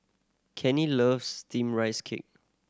Kenny loves Steamed Rice Cake